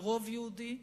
ברוב יהודי.